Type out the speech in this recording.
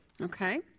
Okay